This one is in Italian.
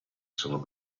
sono